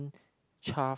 char